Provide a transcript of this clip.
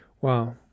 Wow